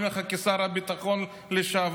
אני אומר לך כשר הביטחון לשעבר,